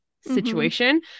situation